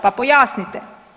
Pa pojasnite.